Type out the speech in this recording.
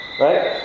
right